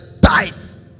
tight